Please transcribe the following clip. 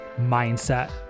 mindset